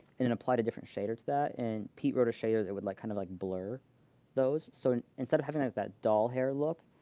and then applied a different shader to that and pete wrote a shader that would like kind of like blur those. so instead of having that doll hair look,